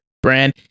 brand